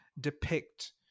depict